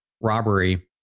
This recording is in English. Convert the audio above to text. robbery